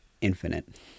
infinite